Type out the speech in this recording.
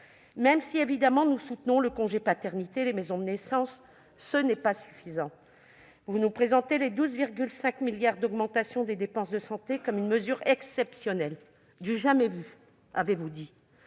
nous subissons tous. Nous soutenons le congé paternité et les maisons de naissance, mais ce n'est pas suffisant. Vous nous présentez les 12,5 milliards d'euros d'augmentation des dépenses de santé comme une mesure exceptionnelle ; du « jamais vu », avez-vous dit.